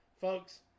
Folks